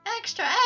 extra